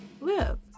live